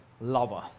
lover